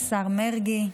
השר מרגי,